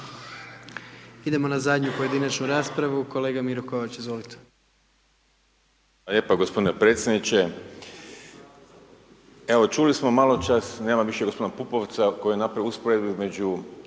Idemo na zadnju pojedinačnu raspravu, kolega Miro Kovač, izvolite. **Kovač, Miro (HDZ)** Hvala lijepa gospodine predsjedniče, evo čuli smo maločas nema više gospodina Pupovca koji je napravio usporedbu između